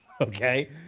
okay